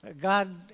God